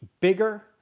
bigger